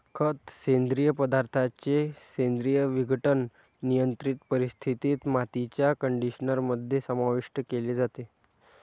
खत, सेंद्रिय पदार्थांचे सेंद्रिय विघटन, नियंत्रित परिस्थितीत, मातीच्या कंडिशनर मध्ये समाविष्ट केले जाते